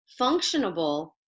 functionable